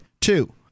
Two